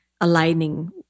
aligning